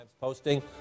posting